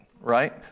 right